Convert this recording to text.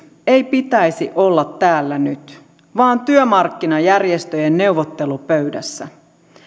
ei pitäisi olla täällä nyt vaan työmarkkinajärjestöjen neuvottelupöydässä